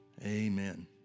Amen